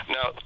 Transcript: Now